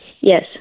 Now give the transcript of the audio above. Yes